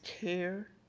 care